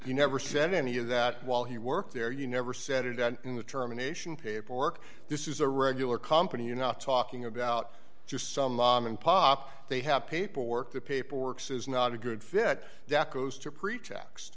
he never said any of that while he worked there you never said or done in the terminations paperwork this is a regular company you're not talking about just some pop they have paperwork the paperwork says not a good fit that goes to preach